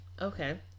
Okay